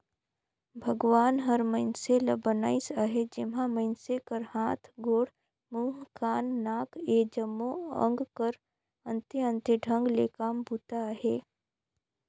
भगवान हर मइनसे ल बनाइस अहे जेम्हा मइनसे कर हाथ, गोड़, मुंह, कान, नाक ए जम्मो अग कर अन्ते अन्ते ढंग ले काम बूता अहे